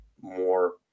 more